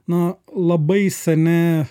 na labai seni